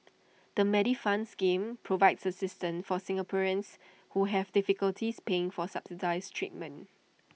the Medifund scheme provides assistance for Singaporeans who have difficulties paying for subsidized treatment